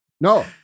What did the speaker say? No